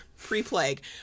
pre-plague